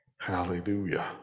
Hallelujah